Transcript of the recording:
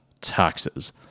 taxes